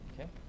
Okay